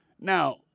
Now